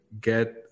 get